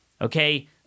okay